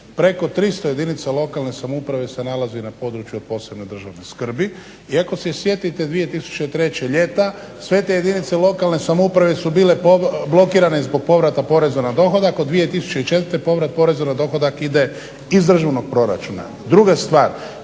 Preko 300 jedinica lokalne samouprave se nalazi na području od posebne državne skrbi, i ako se sjetite 2003. ljeta, sve te jedinice lokalne samouprave su bile blokirane zbog povrata poreza na dohodak, od 2004. povrat poreza na dohodak ide iz državnog proračuna. Druga stvar,